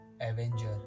Avenger